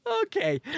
Okay